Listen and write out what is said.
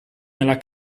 nella